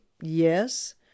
Yes